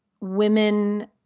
women